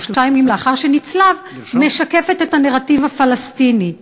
שלושה ימים לאחר שנצלב משקפת את הנרטיב הפלסטיני,